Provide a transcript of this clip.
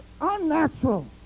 unnatural